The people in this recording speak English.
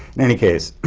in any case,